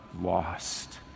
lost